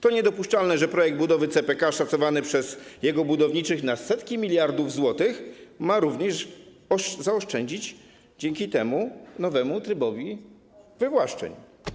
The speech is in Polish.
To niedopuszczalne, że projekt budowy CPK szacowany przez jego budowniczych na setki miliardów złotych ma również pomóc zaoszczędzić dzięki temu nowemu trybowi wywłaszczeń.